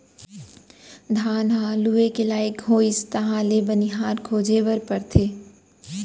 धान ह लूए के लइक होइस तहाँ ले बनिहार खोजे बर परथे